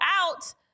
out